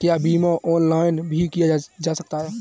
क्या बीमा ऑनलाइन भी किया जा सकता है?